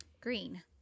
Green